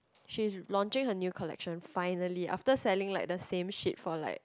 she's launching her new collection finally after selling like the same shit for like